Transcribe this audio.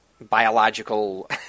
biological